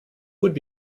would